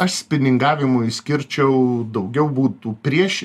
aš spiningavimui skirčiau daugiau būtų prieš